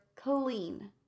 clean